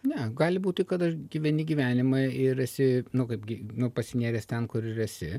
ne gali būti kad aš gyveni gyvenimą ir esi nu kaip gi nu pasinėręs ten kur ir esi